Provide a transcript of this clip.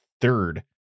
third